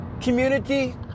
community